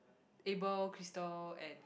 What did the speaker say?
Abel Crystal and